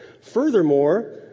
Furthermore